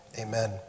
Amen